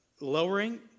lowering